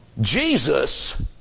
Jesus